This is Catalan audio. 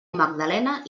magdalena